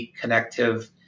connective